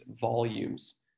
volumes